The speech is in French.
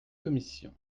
commission